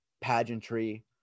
pageantry